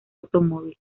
automóvil